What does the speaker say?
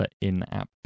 in-app